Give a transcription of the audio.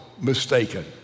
mistaken